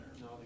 No